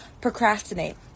procrastinate